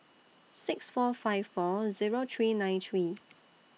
six four five four Zero three nine three